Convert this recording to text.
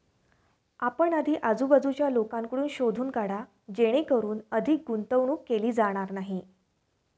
आपण आधी आजूबाजूच्या लोकांकडून शोधून काढा जेणेकरून अधिक गुंतवणूक केली जाणार नाही